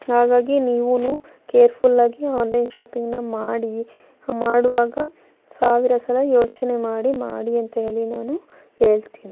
ಹಾಗಾಗಿ ನೀವೂ ಕೇರ್ಫುಲ್ಲಾಗಿ ಆನ್ಲೈನ್ ಶಾಪಿಂಗ್ನ ಮಾಡಿ ಮಾಡುವಾಗ ಸಾವಿರ ಸಲ ಯೋಚನೆ ಮಾಡಿ ಮಾಡಿ ಅಂಥೇಳಿ ನಾನು ಹೇಳ್ತೀನಿ